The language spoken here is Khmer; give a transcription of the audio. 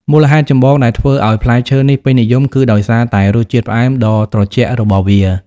មូលហេតុចម្បងដែលធ្វើឲ្យផ្លែឈើនេះពេញនិយមគឺដោយសារតែរសជាតិផ្អែមដ៏ត្រជាក់របស់វា។